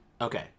Okay